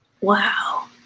Wow